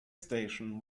station